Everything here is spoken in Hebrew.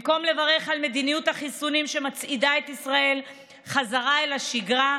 במקום לברך על מדיניות החיסונים שמצעידה את ישראל בחזרה אל השגרה,